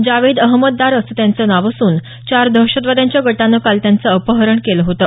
जावेद अहमद दार असं त्यांचं नाव असून चार दहशतवाद्यांच्या गटानं काल त्यांचं अपहरण केलं होतं